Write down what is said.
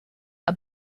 are